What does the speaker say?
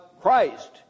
Christ